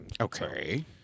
Okay